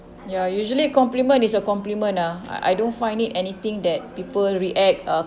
ya usually compliment is a compliment ah I I don't find it anything that people react uh